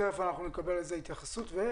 תכף נקבל לזה התייחסות.